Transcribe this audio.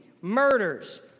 murders